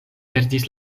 perdis